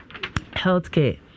Healthcare